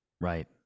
Right